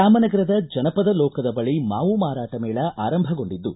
ರಾಮನಗರದ ಜನಪದ ಲೋಕದ ಬಳಿ ಮಾವು ಮಾರಾಟ ಮೇಳ ಆರಂಭಗೊಂಡಿದ್ದು